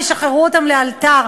שישחררו אותם לאלתר.